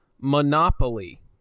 Monopoly